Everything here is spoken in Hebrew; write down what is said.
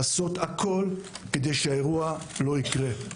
לעשות הכול כדי שהאירוע לא יקרה.